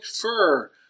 fur